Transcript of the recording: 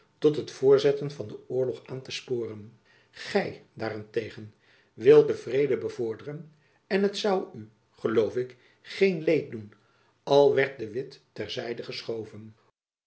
tot het voortzetten van den oorlog aan te sporen gy daar-en-tegen wilt den vrede bevorderen en het zoû u geloof ik geen leed doen al werd de witt ter zijde geschoven